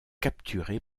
capturé